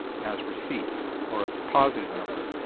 as receipts or as a positive number.